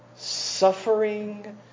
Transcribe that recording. Suffering